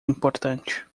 importante